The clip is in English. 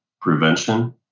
prevention